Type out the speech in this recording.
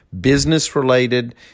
business-related